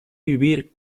vivir